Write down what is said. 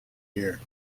year